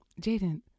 Jaden